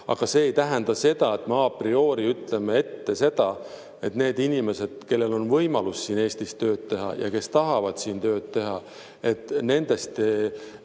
Aga see ei tähenda seda, et mea prioriütleme ette ära, et neil inimestel, kellel on võimalus Eestis tööd teha ja kes tahavad siin tööd teha, kuna nad